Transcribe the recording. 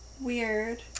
Weird